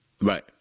Right